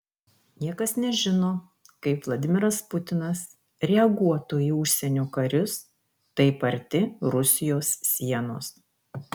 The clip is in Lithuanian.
niekas nežino kaip vladimiras putinas reaguotų į užsienio karius taip arti rusijos sienos